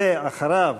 ואחריו,